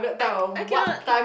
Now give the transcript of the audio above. I I cannot